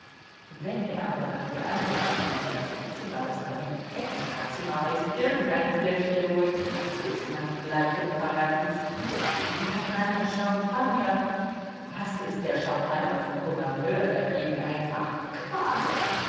wenn er aber dafür einmal aus dem letzten zimmer das bei ihm extrazimmer heißt irgendein fläschchen holt so ist man gleich im paradies wir hatten einen champagner was ist der champagner vom gouverneur dagegen einfacher